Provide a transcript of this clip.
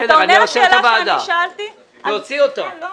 תוציא אותה.